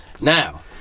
Now